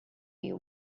you